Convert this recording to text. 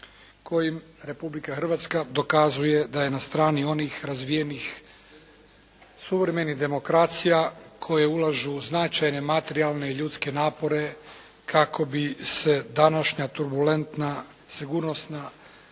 kojim Republika Hrvatska dokazuje da je na strani onih razvijenijih suvremenih demokracija koje ulažu značajne materijalne i ljudske napore kako bi se današnja turbulentna sigurnosna